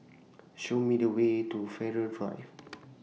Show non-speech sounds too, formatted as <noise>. Show Me The Way to Farrer Drive <noise>